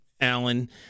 Alan